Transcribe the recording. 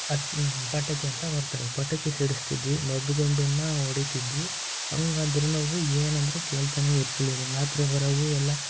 ಪಟ್ ಪಟಾಕಿ ಅಂತ ಬರ್ತವೆ ಪಟಾಕಿ ಸಿಡಿಸ್ತಿದ್ವಿ ಮದ್ದು ಗುಂಡನ್ನ ಹೊಡೀತಿದ್ವಿ ಹಂಗಂದ್ರು ಅವು ಏನು ಅಂದ್ರೂ ಕೇಳ್ತಾನೆ ಇರ್ತ್ಲಿಲ್ಲ ರಾತ್ರಿ ಬರವು ಎಲ್ಲ